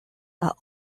are